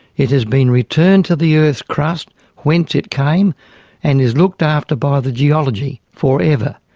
it has been returned to the earth's crust whence it came and is looked after by the geology forever.